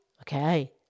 Okay